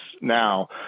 now